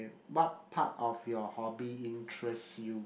what part of your hobby interest you